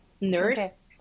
nurse